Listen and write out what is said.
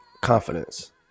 confidence